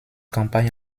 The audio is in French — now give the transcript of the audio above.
campagne